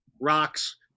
Rocks